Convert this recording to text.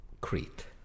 Crete